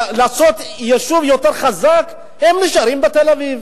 לעשות יישוב יותר חזק, הם נשארים בתל-אביב.